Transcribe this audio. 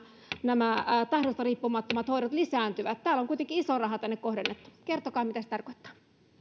nämä tahdosta riippumattomat hoidot lisääntyvät täällä on kuitenkin iso raha tänne kohdennettu kertokaa mitä se tarkoittaa